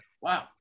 Wow